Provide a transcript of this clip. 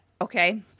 okay